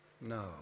No